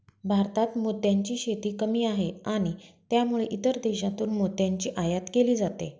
भारतात मोत्यांची शेती कमी आहे आणि त्यामुळे इतर देशांतून मोत्यांची आयात केली जाते